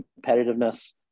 competitiveness